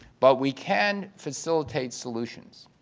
but we can facilitate solutions